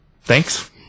thanks